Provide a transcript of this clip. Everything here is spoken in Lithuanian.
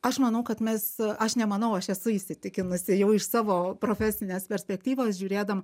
aš manau kad mes aš nemanau aš esu įsitikinusi jau iš savo profesinės perspektyvos žiūrėdam